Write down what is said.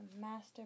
master